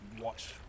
watch